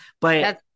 but-